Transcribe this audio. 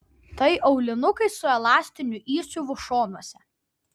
tai aulinukai su elastiniu įsiuvu šonuose